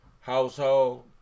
household